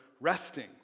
resting